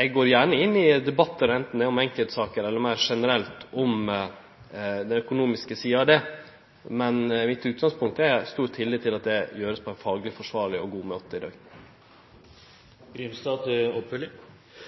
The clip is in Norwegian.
Eg går gjerne inn i debattar, anten det er om enkeltsaker eller meir generelt om den økonomiske sida av det, men mitt utgangspunkt er at eg har stor tillit til at dette vert gjort på ein fagleg forsvarleg og god måte i